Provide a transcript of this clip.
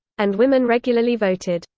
and women regularly voted.